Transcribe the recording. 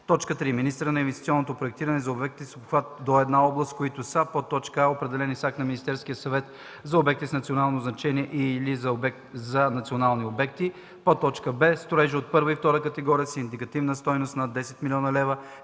закон; 3. министъра на инвестиционното проектиране – за обекти с обхват до една област, които са: а) определени с акт на Министерския съвет за обекти с национално значение и/или за национални обекти; б) строежи от първа и втора категория с индикативна стойност над 10 000 000 лв.,